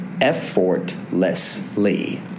effortlessly